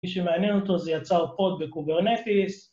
מי שמעניין אותו זה יצר פורט בקוברנטיס